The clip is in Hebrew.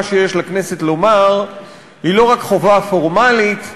שיש לכנסת לומר היא לא רק חובה פורמלית,